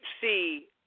See